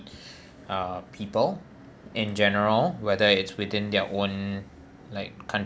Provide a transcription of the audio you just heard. uh people in general whether it's within their own like